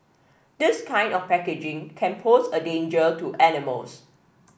this kind of packaging can pose a danger to animals